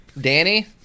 Danny